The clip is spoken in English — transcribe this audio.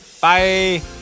Bye